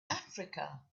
africa